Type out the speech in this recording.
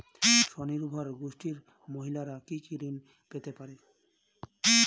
স্বনির্ভর গোষ্ঠীর মহিলারা কি কি ঋণ পেতে পারে?